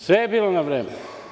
Sve je bilo na vreme.